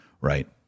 right